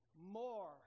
more